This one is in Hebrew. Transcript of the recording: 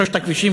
שלושת הכבישים,